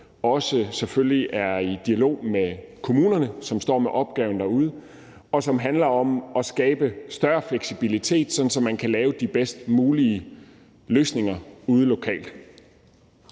også i en dialog med kommunerne, som står med opgaven. Det handler om at skabe større fleksibilitet, så de kan lave de bedst mulige løsninger ude lokalt.